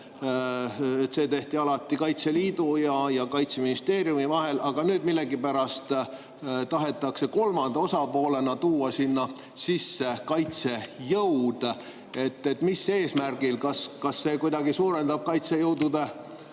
alati Kaitseliidu ja Kaitseministeeriumi vahel, aga nüüd millegipärast tahetakse kolmanda osapoolena tuua sisse kaitsejõud? Mis eesmärgil? Kas see kuidagi suurendab kaitsejõudude